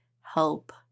help